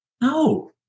No